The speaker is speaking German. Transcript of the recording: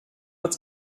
als